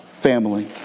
family